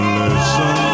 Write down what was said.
listen